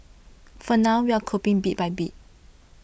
for now we're coping bit by bit